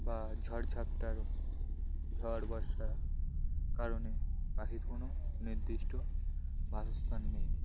বা ঝড়ঝাপটারও ঝড় বর্ষার কারণে পাখির কোনো নির্দিষ্ট বাসস্থান নেই